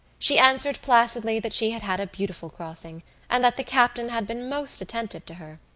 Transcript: she answered placidly that she had had a beautiful crossing and that the captain had been most attentive to her.